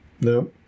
No